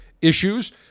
issues